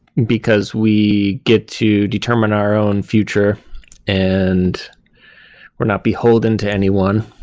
because we get to determine our own future and we're not beholden to anyone,